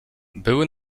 były